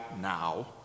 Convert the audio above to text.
now